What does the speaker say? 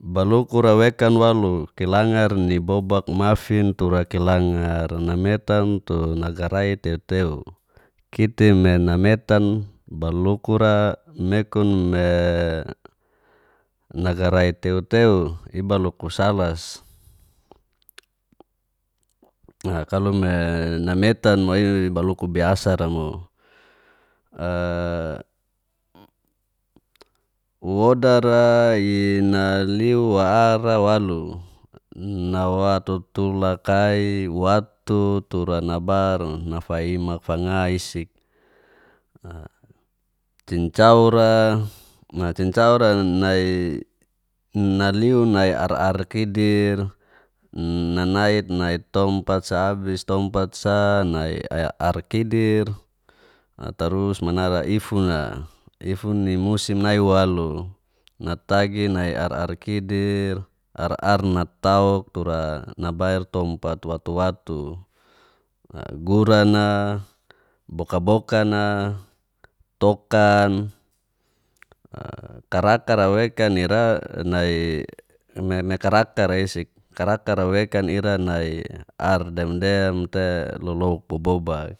balukura wakan walu kilangar ni bobak mafin tura kilangar nametan tu nagarai teu-teu kita ime nametan balukura, nekunme nagarai teu-teu ibalukusalas kalo me nametan mo baluku biasara mo wodara naliu wa ara walu nawa tutulak kai watu tura nabair nafaimak fanga irsik, cincaura. cincura nai naaliu naai ar-ar kidir nanit nai tompat sa abis tompa sani ar kidir tarus ifuna, ifun ni musim nai walu naragi nai ar ar kidir ar-ar natau tura nabail tompat watu-watu, guran'a, bokabokan'a, tokan, karakar'a wekan ira nai me nai akar-akar'a isik karakar'a wekan ira nai ar demdem te lolouk bobobak